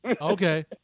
Okay